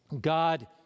God